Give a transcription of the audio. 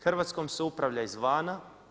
Hrvatskom se upravlja izvana.